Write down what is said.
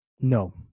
No